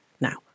now